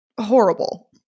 horrible